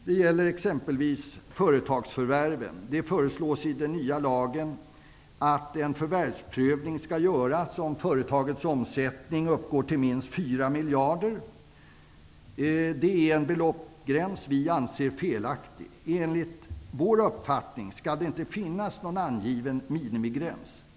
Det gäller t.ex. företagsförärv. Det föreslås i den nya lagen att en förvärvsprövning skall göras om företagets omsättning uppgår till minst 4 miljarder. Det är en beloppsgräns som vi anser vara felaktig. Enligt vår uppfattning skall det inte finnas någon angiven minimigräns.